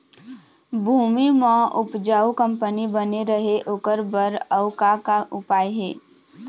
भूमि म उपजाऊ कंपनी बने रहे ओकर बर अउ का का उपाय हे?